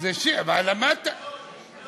זה שיר, מה, למדת, זה המנון.